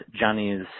Johnny's